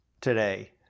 today